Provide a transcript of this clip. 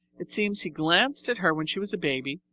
it seems he glanced at her when she was a baby,